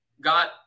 got